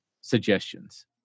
suggestions